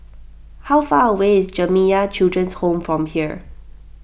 how far away is Jamiyah Children's Home from here